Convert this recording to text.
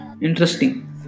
Interesting